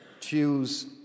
choose